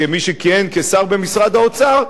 כמי שכיהן כשר במשרד האוצר,